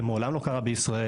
זה מעולם לא קרה בישראל,